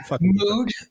Mood